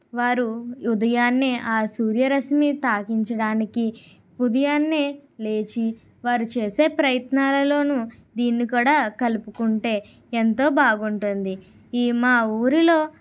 వారు ఉదయాన్నే ఆ సూర్యరశ్మి తాకించడానికి ఉదయాన్నే లేచి వారు చేసే ప్రయత్నాలలోను దీన్ని కూడా కలుపుకుంటే ఎంతో బాగుంటుంది ఈ మా ఊరిలో